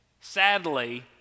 sadly